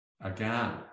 again